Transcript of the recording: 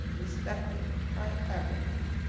respected by everyone.